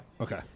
Okay